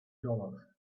dollars